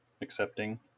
accepting